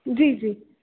जी जी